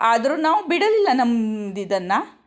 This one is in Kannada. ಆದರೂ ನಾವು ಬಿಡಲಿಲ್ಲ ನಮ್ದಿದನ್ನು